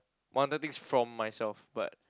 wanted things from myself but